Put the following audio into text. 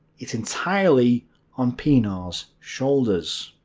it's entirely on pienaar's shoulders.